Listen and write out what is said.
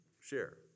share